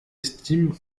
estime